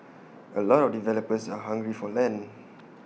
A lot of developers are hungry for land